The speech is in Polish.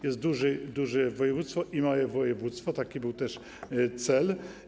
Jest duże województwo i małe województwo, taki był też cel.